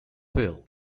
wheel